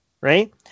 right